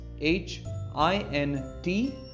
h-i-n-t